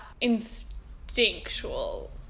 instinctual